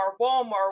Walmart